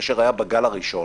כאשר היה הגל הראשון,